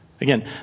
Again